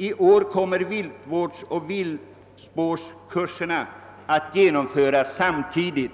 I år kommer viltvårdsoch viltspårskurserna att genomföras samtidigt.»